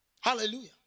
Hallelujah